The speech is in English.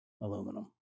Aluminum